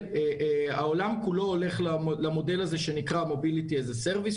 שהעולם כולו הולך למודל הזה שנקרא Mobility as a service,